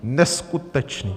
Neskutečné.